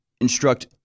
instruct